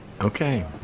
Okay